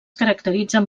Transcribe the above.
caracteritzen